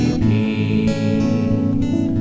peace